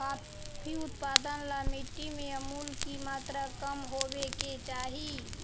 coffee उत्पादन ला मिट्टी में अमूल की मात्रा कम होवे के चाही